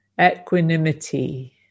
Equanimity